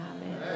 Amen